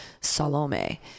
Salome